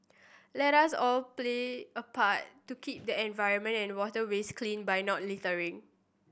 let us all play apart to keep the environment and waterways clean by not littering